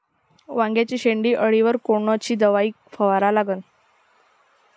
वांग्याच्या शेंडी अळीवर कोनची दवाई फवारा लागन?